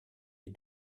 les